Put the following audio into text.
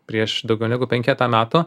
prieš daugiau negu penketą metų